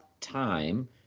time